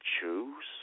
choose